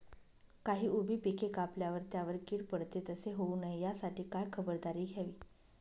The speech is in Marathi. काही उभी पिके कापल्यावर त्यावर कीड पडते, तसे होऊ नये यासाठी काय खबरदारी घ्यावी?